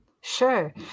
Sure